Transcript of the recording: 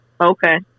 Okay